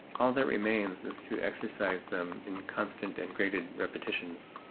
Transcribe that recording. all that remains is to exercise them in constant and graded repetitions,